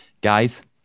Guys